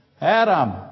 Adam